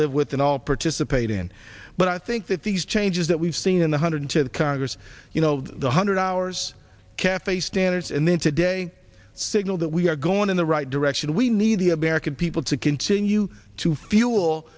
live with and all participate in but i think that these changes that we've seen in the hundred to the congress you know the hundred hours cafe standards and then today signal that we are going in the right direction we need the american people to continue to fuel